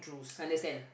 understand